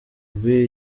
bw’ibyo